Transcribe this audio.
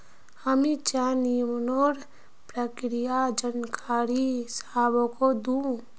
हामी चारा निर्माणेर प्रक्रियार जानकारी सबाहको दिनु